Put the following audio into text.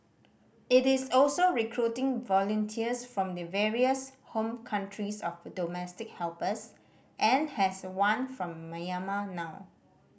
it is also recruiting volunteers from the various home countries of domestic helpers and has one from Myanmar now